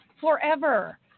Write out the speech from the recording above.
forever